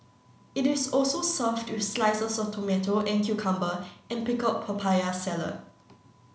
it is also served with slices of tomato and cucumber and pickled papaya salad